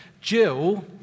Jill